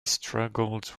struggled